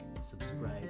subscribe